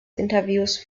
interviews